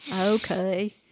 Okay